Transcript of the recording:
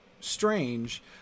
strange